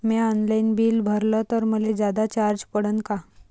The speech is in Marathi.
म्या ऑनलाईन बिल भरलं तर मले जादा चार्ज पडन का?